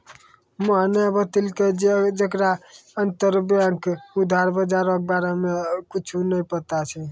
मोहने बतैलकै जे ओकरा अंतरबैंक उधार बजारो के बारे मे कुछु नै पता छै